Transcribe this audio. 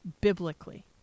biblically